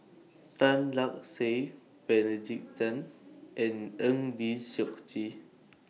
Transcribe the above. Tan Lark Sye Benedict Tan and Eng Lee Seok Chee